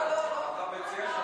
לא, לא, לא.